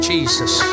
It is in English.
Jesus